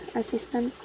assistant